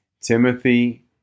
Timothy